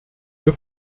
wir